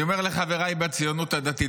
אני אומר לחבריי בציונות הדתית,